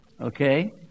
Okay